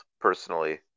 personally